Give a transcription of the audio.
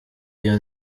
iyo